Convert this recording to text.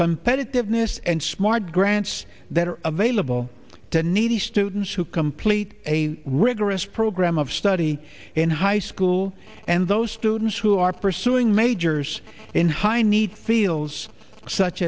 competitiveness and smart grants that are available to needy students who complete a rigorous program of study in high school and those students who are pursuing majors in high need feels such